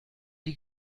die